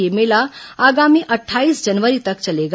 यह मेला आगामी अट्ठाईस जनवरी तक चलेगा